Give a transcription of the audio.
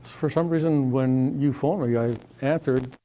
for some reason, when you phoned me, i answered,